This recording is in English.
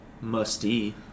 Musty